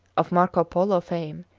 of marco polo fame,